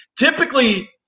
Typically